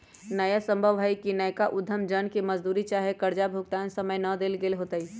एना संभव हइ कि नयका उद्यम जन के मजदूरी चाहे कर्जा भुगतान समय न देल गेल होतइ